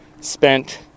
spent